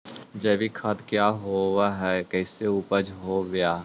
जैविक खाद क्या होब हाय कैसे उपज हो ब्हाय?